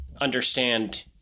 understand